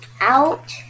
out